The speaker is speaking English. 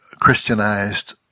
Christianized